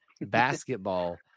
basketball